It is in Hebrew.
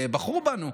ובחרו בנו.